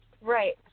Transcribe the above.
Right